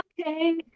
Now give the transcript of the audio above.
Okay